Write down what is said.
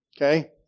Okay